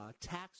tax